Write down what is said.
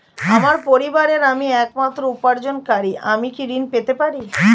আমার পরিবারের আমি একমাত্র উপার্জনকারী আমি কি ঋণ পেতে পারি?